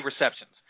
receptions